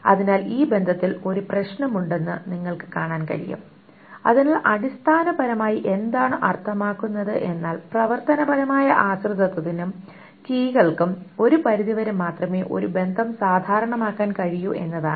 അതിനാൽ ഈ ബന്ധത്തിൽ ഒരു പ്രശ്നമുണ്ടെന്ന് നിങ്ങൾക്ക് കാണാൻ കഴിയും അതിനാൽ അടിസ്ഥാനപരമായി എന്താണ് അർത്ഥമാക്കുന്നത് എന്നാൽ പ്രവർത്തനപരമായ ആശ്രിതത്വത്തിനും കീകൾക്കും ഒരു പരിധിവരെ മാത്രമേ ഒരു ബന്ധം സാധാരണമാക്കാൻ കഴിയൂ എന്നതാണ്